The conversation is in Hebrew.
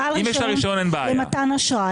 בעל רישיון למתן אשראי.